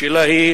השאלה היא